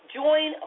join